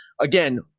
again